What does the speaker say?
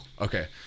Okay